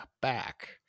back